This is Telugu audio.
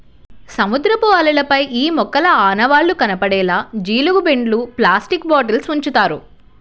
సముద్రపు అలలపై ఈ మొక్కల ఆనవాళ్లు కనపడేలా జీలుగు బెండ్లు, ప్లాస్టిక్ బాటిల్స్ ఉంచుతారు